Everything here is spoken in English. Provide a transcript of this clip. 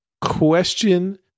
question